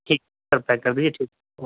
ٹھیک اب پیک کر دیجئے ٹھیک